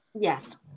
Yes